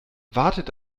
wartet